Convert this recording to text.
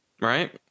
right